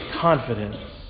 confidence